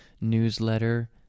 newsletter